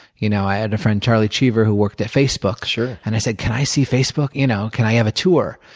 you know i had a friend, charlie cheever who worked at facebook sure. and i said, can i see facebook? you know can i have a tour?